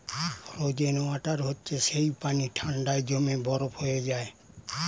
frozen water হচ্ছে যেই পানি ঠান্ডায় জমে বরফ হয়ে যায়